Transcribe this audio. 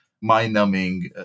mind-numbing